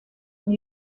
new